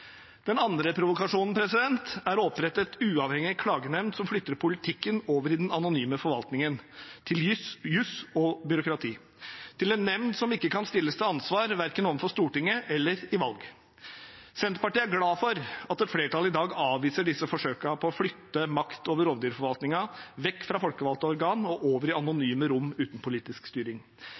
Den andre provokasjonen er å opprette en uavhengig klagenemnd som flytter politikken over i den anonyme forvaltningen, til jus og byråkrati, til en nemnd som ikke kan stilles til ansvar verken overfor Stortinget eller i valg. Senterpartiet er glad for at et flertall i dag avviser disse forsøkene på å flytte makt over rovdyrforvaltningen vekk fra folkevalgte organer og over i anonyme rom uten politisk styring.